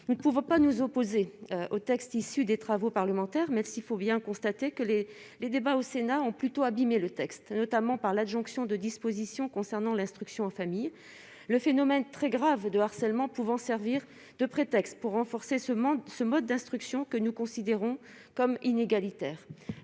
nous ne pouvons pas nous opposer au texte issu des travaux parlementaires, mais s'il faut bien constater que les les débats au Sénat ont plutôt abîmé le texte notamment par l'adjonction de dispositions concernant l'instruction en famille le phénomène très graves de harcèlement pouvant servir de prétexte pour renforcer ce monde ce mode d'instruction que nous considérons comme inégalitaire,